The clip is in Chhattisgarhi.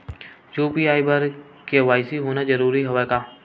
यू.पी.आई बर के.वाई.सी होना जरूरी हवय का?